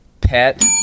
pet